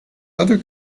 other